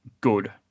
good